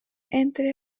entre